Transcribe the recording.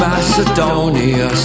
Macedonia